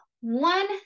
one